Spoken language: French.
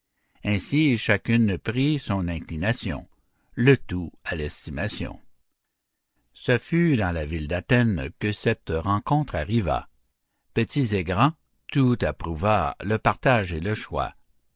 ainsi chacune prit son inclination le tout à l'estimation ce fut dans la ville d'athènes que cette rencontre arriva petits et grands tout approuva le partage et le choix